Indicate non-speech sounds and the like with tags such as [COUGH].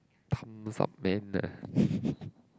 man ah [BREATH]